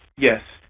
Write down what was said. yes.